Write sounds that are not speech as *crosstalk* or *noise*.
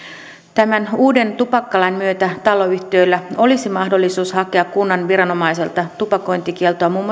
tämän uuden tupakkalain myötä taloyhtiöillä olisi mahdollisuus hakea kunnan viranomaiselta tupakointikieltoa muun *unintelligible*